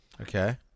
Okay